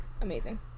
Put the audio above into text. Amazing